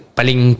Paling